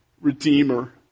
Redeemer